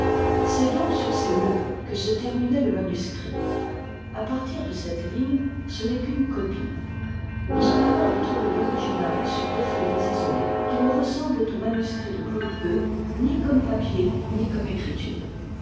c'est donc sur ces mots que se terminait le manuscrit à partir de cette ligne ce n'est qu'une copie nous en avons retrouvé l'original sur deux feuillets isolés qui ne ressemblent au manuscrit de claude gueux ni comme papier ni comme écriture